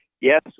Yes